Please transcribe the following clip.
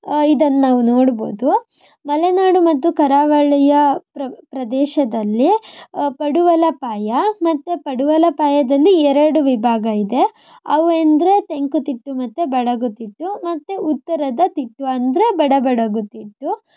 ಇದನ್ನು ನಾವು ನೋಡ್ಬೋದು ಮಲೆನಾಡು ಮತ್ತು ಕರಾವಳಿಯ ಪ್ರ ಪ್ರದೇಶದಲ್ಲಿ ಪಡುವಣ ಪಾಯ ಮತ್ತು ಪಡುವಣ ಪಾಯದಲ್ಲಿ ಎರಡು ವಿಭಾಗ ಇದೆ ಅವೆಂದರೆ ತೆಂಕುತಿಟ್ಟು ಮತ್ತು ಬಡಗುತಿಟ್ಟು ಮತ್ತು ಉತ್ತರದ ತಿಟ್ಟು ಅಂದರೆ ಬಡ ಬಡಗುತಿಟ್ಟು